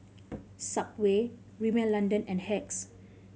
Subway Rimmel London and Hacks